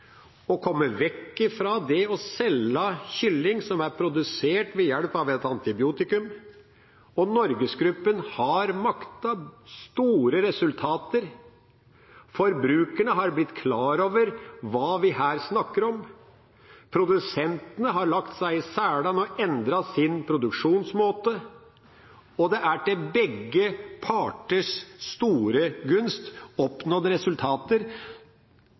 å komme vekk fra det å selge kylling som er produsert ved hjelp av et antibiotikum. NorgesGruppen har maktet å få store resultater. Forbrukerne har blitt klar over hva vi her snakker om, produsentene har lagt seg i selen og har endret sin produksjonsmåte. Det er til begge parters store gunst oppnådd resultater